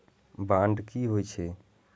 Bond की होई छै?